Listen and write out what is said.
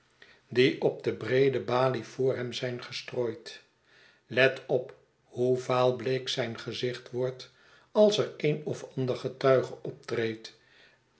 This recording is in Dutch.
die op de breed e balie voor hem zijn gestrooid let op hoe vaalbleek zijn gezicht wordt als er een of ander getuige optreedt